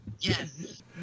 Yes